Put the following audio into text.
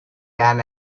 than